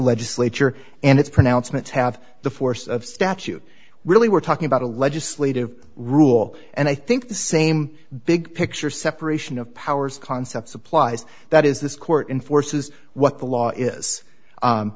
legislature and its pronouncements have the force of statute really we're talking about a legislative rule and i think the same big picture separation of powers concepts applies that is this court enforces what the law is